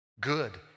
good